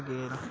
घे ना